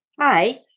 Hi